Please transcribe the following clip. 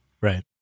Right